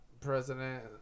president